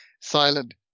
Silent